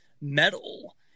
metal